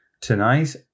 tonight